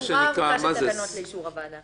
אני מדברת על תיקון לעתיד, לא על מה שעכשיו.